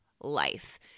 life